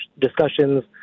discussions